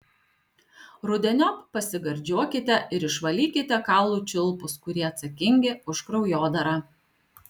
rudeniop pasigardžiuokite ir išvalykite kaulų čiulpus kurie atsakingi už kraujodarą